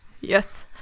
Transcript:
Yes